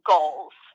goals